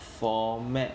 format